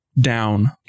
down